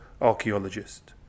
archaeologist